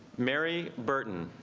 mary burton